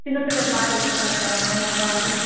చిన్నపిల్లలు బాగా ఇష్టపడతరమ్మ మా పాలు